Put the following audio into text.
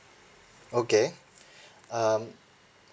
okay um